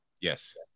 Yes